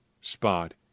spot